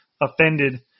offended